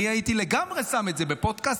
אני הייתי לגמרי שם את זה בפודקאסט.